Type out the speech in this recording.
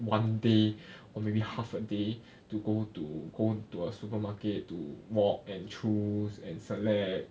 one day or maybe half a day to go to go to a supermarket to walk and choose and select leh ah